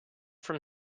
from